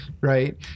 right